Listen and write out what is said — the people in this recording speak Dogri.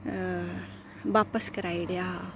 बापस कराई ओड़ेआ हा